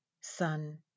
son